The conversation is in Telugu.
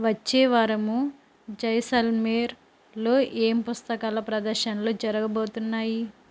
వచ్చే వారము జైసల్మేర్ లో ఏం పుస్తకాల ప్రదర్శనలు జరగబోతున్నాయి